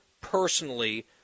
personally